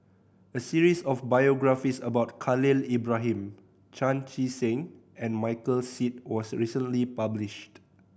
a series of biographies about Khalil Ibrahim Chan Chee Seng and Michael Seet was recently published